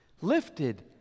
lifted